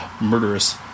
murderous